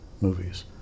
movies